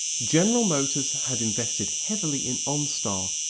general motors had invested heavily in onstar,